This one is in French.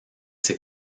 ses